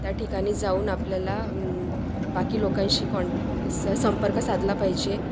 त्या ठिकाणी जाऊन आपल्याला बाकी लोकांशी कॉण सं संपर्क साधला पाहिजे